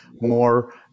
more